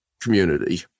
community